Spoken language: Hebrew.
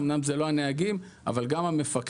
אמנם זה לא הנהגים אבל גם המפקחים.